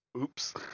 oops